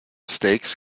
steaks